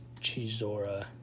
Chizora